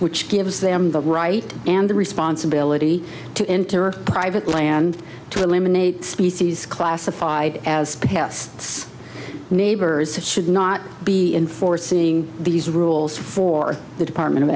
which gives them the right and the responsibility to enter private land to eliminate species classified as pests neighbors should not be enforcing these rules for the department of